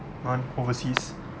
on overseas